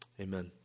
Amen